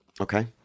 Okay